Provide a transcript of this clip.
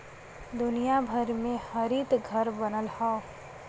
दुनिया भर में हरितघर बनल हौ